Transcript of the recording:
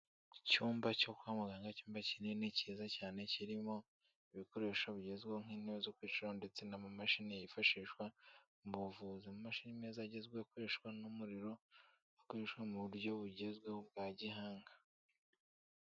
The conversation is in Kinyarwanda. Icyumba cyo kwamagana, icyumba kinini kiza cyane kirimo ibikoresho bigezweho nk'intebe zo kwcaraho ndetse n'amamashini yifashishwa mu buvuzi, amamashini meza agezweho, akoreshwa n'umuriro, akoreshwa mu buryo bugezweho bwa gihanga.